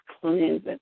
cleansing